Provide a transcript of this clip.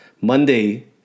Monday